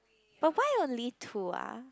by why only two ah